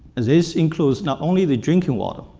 and this includes not only the drinking water,